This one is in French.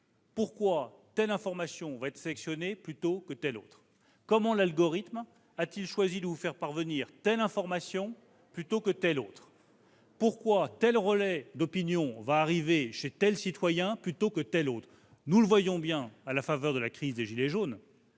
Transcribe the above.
Pourquoi telle information est-elle sélectionnée plutôt que telle autre ? Comment l'algorithme a-t-il choisi de vous faire parvenir telle information plutôt que telle autre ? Pourquoi tel relais d'opinion va-t-il arriver chez tel citoyen, plutôt que tel autre ? Nous le constatons à la faveur de la crise des « gilets jaunes